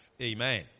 amen